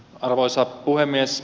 arvoisa puhemies